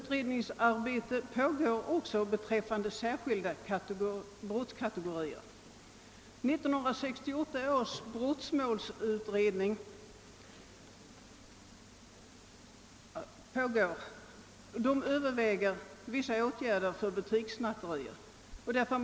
även pågår utredning beträffande särskilda brottskategorier. 1968 års brottmålsutredning överväger åtgärder mot butikssnatterier.